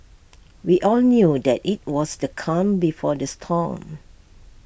we all knew that IT was the calm before the storm